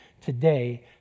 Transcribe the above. today